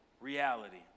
reality